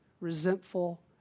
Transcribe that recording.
resentful